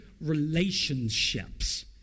relationships